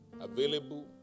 available